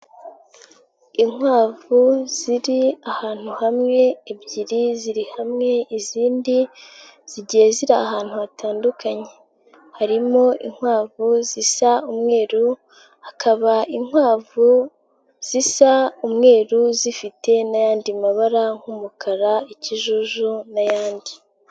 Inkwavu ziri ahantu hamwe ebyiri ziri hamwe izindi zigiye ziri ahantu hatandukanye, harimo inkwavu zisa umweru, hakaba inkwavu zisa umweru zifite n'ayandi mabara nk'umukara, ikijuju, n'ayandi.